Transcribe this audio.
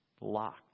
locked